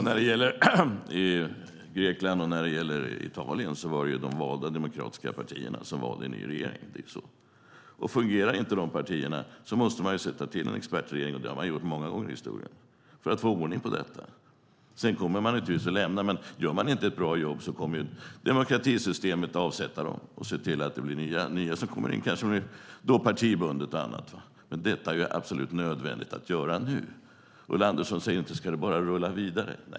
Herr talman! I Grekland och Italien var det de valda demokratiska partierna som valde nya regeringar. Om de partierna inte fungerar måste man tillsätta en expertregering. Det har man gjort många gånger i historien. Gör de inte ett bra jobb kommer demokratisystemet att avsätta dem och se till att nya kommer in. Detta är absolut nödvändigt att göra nu. Ulla Andersson säger: Ska det inte bara rulla vidare?